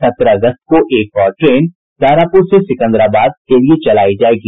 सत्रह अगस्त को एक और ट्रेन दानापुर से सिकंदराबाद के लिए चलायी जायेगी